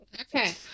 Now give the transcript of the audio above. Okay